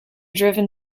driven